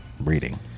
Reading